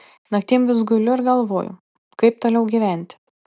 naktim vis guliu ir galvoju kaip toliau gyventi